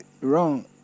wrong